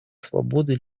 свободы